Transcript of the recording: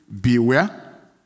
beware